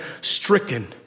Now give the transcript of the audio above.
stricken